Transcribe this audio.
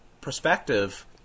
perspective